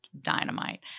dynamite